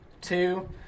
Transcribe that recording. Two